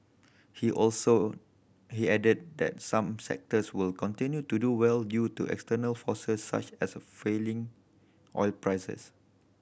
he also he added that some sectors will continue to do well due to external forces such as a feeling oil prices